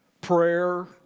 Prayer